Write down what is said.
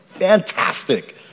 fantastic